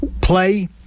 Play